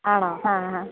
ആണോ ആ ഹ്